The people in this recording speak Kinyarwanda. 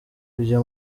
kujya